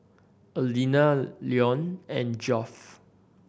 Aleena Leone and Geoff